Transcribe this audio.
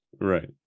Right